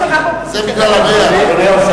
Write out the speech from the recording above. אדוני היושב-ראש,